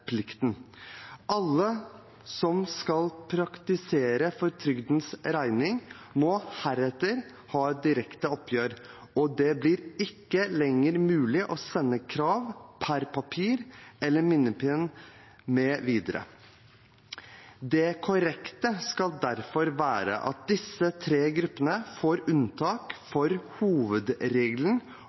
plikten. Alle som skal praktisere for trygdens regning, må heretter ha et direkte oppgjør, og det blir ikke lenger mulig å sende krav per papir, minnepenn mv. Det korrekte skal derfor være at disse tre gruppene får unntak fra hovedregelen